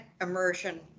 immersion